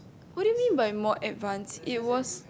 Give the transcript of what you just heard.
what do you mean by more advance it was